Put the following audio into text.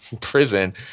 prison